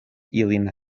ilin